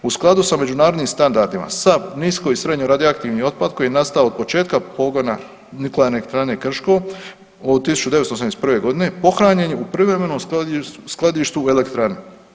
U skladu sa međunarodnim standardima sav nisko i srednje radio aktivan otpad koji je nastao od početka pogona nuklearne elektrane Krško od 1981. godine pohranjen je u privremenom skladištu u elektrani.